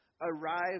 arrive